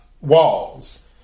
walls